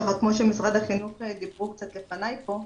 כמו שמשרד החינוך דיברו קצת לפניי פה.